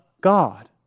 God